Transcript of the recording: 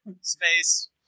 Space